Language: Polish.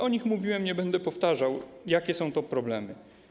O nich mówiłem, nie będę powtarzał, jakie to są problemy.